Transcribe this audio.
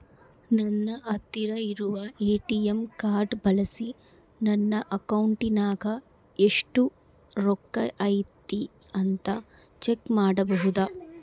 ನನ್ನ ಹತ್ತಿರ ಇರುವ ಎ.ಟಿ.ಎಂ ಕಾರ್ಡ್ ಬಳಿಸಿ ನನ್ನ ಅಕೌಂಟಿನಾಗ ಎಷ್ಟು ರೊಕ್ಕ ಐತಿ ಅಂತಾ ಚೆಕ್ ಮಾಡಬಹುದಾ?